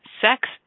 sex